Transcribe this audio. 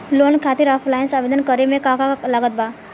Loan खातिर offline आवेदन करे म का का लागत बा?